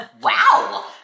Wow